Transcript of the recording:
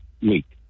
week